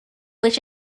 which